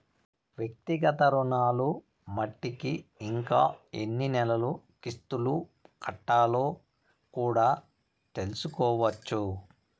వ్యక్తిగత రుణాలు మట్టికి ఇంకా ఎన్ని నెలలు కిస్తులు కట్టాలో కూడా తెల్సుకోవచ్చు